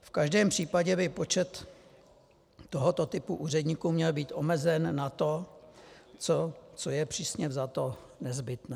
V každém případě by počet tohoto typu úředníků měl být omezen na to, co je přísně vzato nezbytné.